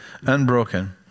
Unbroken